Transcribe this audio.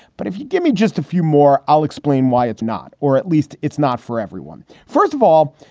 but if you give me just a few more, i'll explain why it's not. or at least it's not for everyone. first of all,